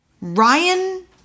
Ryan